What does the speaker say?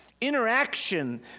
interaction